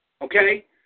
Okay